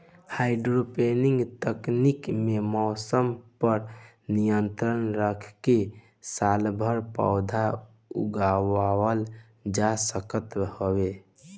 hydroponic तकनीकी में मौसम पअ नियंत्रण करके सालभर पौधा उगावल जा सकत हवे